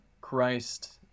Christ